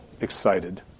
excited